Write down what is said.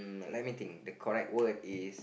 uh let me think the correct word is